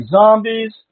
zombies